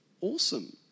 awesome